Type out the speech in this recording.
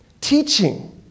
teaching